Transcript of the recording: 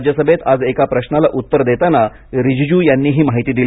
राज्यसभेत आज एका प्रश्नाला उत्तर देताना रिजिजू यांनी ही माहिती दिली